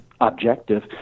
objective